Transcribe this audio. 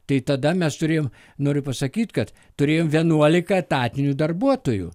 tai tada mes turėjom noriu pasakyt kad turėjom vienuolika etatinių darbuotojų